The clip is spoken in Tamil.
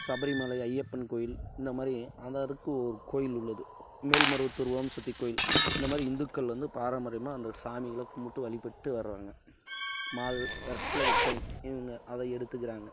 சபரிமலை ஐயப்பன் கோயில் இந்த மாதிரி அது அதுக்கு ஒரு கோயில் உள்ளது மேல்மருவத்தூர் ஓம் சக்தி கோயில் இந்த மாதிரி இந்துக்கள் வந்து பாரம்பரியமாக அந்த சாமிகளை கும்பிட்டு வழிபட்டு வராங்க மால் வருஷத்தில் ஒரு டைம் இந்த அதை எடுத்துக்கிறாங்க